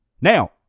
Now